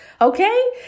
Okay